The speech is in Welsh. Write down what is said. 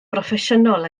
broffesiynol